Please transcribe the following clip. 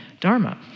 dharma